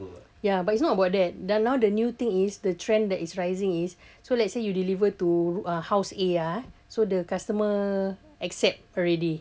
ya but it's not about that they're now the new thing is the trend that is rising is so let's say you deliver to uh house A ah so the customer accept already